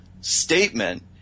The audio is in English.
statement